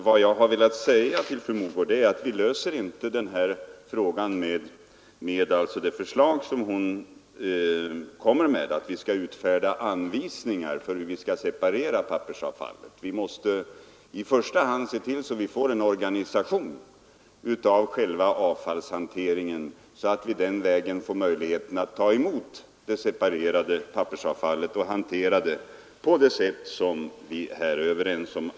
Vad jag velat säga till fru Mogård är att vi inte löser den här frågan med det förslag som hon kommer med, att vi skall utfärda anvisningar för hur pappersavfallet skall separeras. Vi måste i första hand se till att vi får en sådan organisation av själva avfallshante ringen att vi den vägen får möjligheter att ta emot det separerade pappersavfallet och hantera det på det sätt som vi här är överens om.